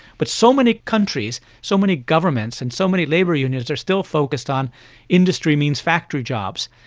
but so many countries, so many governments and so many labour unions are still focused on industry means factory jobs,